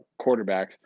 quarterbacks